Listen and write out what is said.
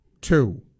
two